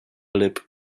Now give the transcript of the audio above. lip